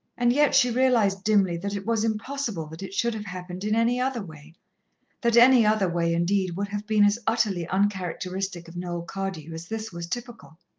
and yet she realized dimly, that it was impossible that it should have happened in any other way that any other way, indeed, would have been as utterly uncharacteristic of noel cardew as this was typical.